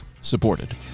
supported